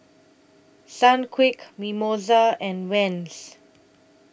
Sunquick Mimosa and Vans